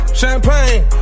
champagne